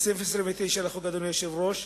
לסעיף 29 להצעת החוק, אדוני היושב-ראש,